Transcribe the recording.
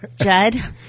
Judd